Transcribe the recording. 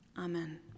Amen